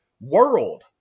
world